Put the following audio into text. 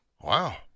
Wow